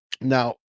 Now